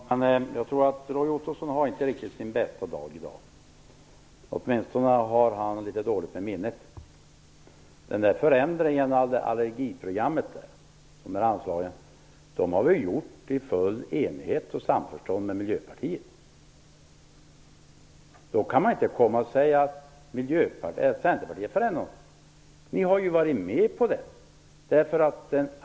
Fru talman! Jag tror att Roy Ottosson inte riktigt har sin bästa dag i dag. Han har åtminstone litet dåligt med minnet. Förändringen av anslagen till allergisaneringsprogrammet gjorde vi i full enighet och i samförstånd med Miljöpartiet. Då kan man inte komma och säga att det var Centerpartiet. Ni har ju varit med på det.